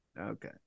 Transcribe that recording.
Okay